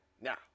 Now